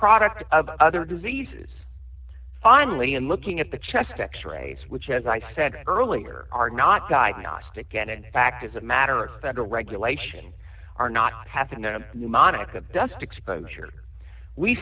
product of other diseases finally and looking at the chest x rays which as i said earlier are not diagnostic and in fact is a matter of federal regulation are not happenin to you monica just exposure we